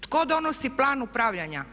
Tko donosi plan upravljanja?